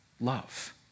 love